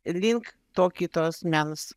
link to kito asmens